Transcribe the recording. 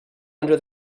under